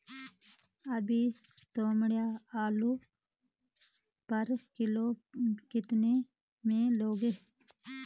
अभी तोमड़िया आलू पर किलो कितने में लोगे?